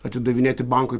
atidavinėti bankui